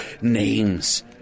Names